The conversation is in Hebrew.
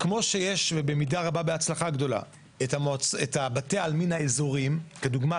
כמו שיש ובמידה רבה ובהצלחה גדולה את בתי העלמין האזורים לדוגמה,